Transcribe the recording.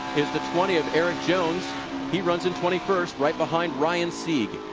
the twenty of erik jones he runs in twenty first right behind ryan sieg.